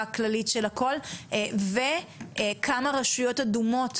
כללית של הכל וגם שתאמר לנו כמה רשויות אדומות